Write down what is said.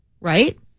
right